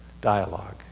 dialogue